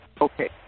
okay